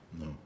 No